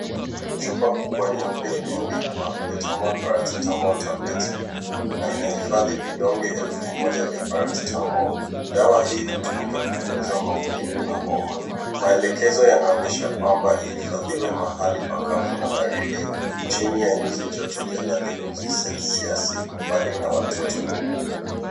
Chupa kubwa nyeupe imeandikwa betamol Paracetamol tablets, na inahifadhi vidonge elfu moja vya Paracetamol . Dawa hii hutumika kupunguza maumivu na homa. Maelekezo yanaonyesha kwamba ihifadhiwe mahali pakavu na baridi chini ya nchi joto thelathini celsius mbali na watoto.